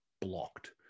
blocked